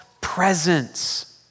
presence